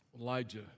Elijah